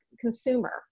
consumer